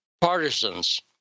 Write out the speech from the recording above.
partisans